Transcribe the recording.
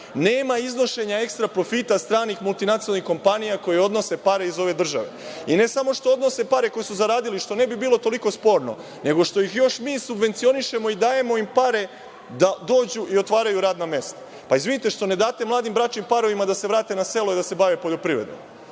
nema iznošenja ekstra profita stranih multinacionalnih kompanija koje odnose pare iz ove države. Ne samo što odnose pare koje su zaradili, što ne bi bilo toliko sporno, nego što ih mi još subvencionišemo i dajemo im pare da dođu i otvaraju radna mesta. Izvinite, što ne date mladim bračnim parovima da se vrate na selo, da se bave poljoprivredom?